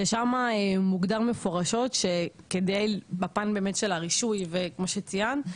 ששמה מוגדר מפורשות שכדי בפן באמת של הרישוי וכמו שציינת,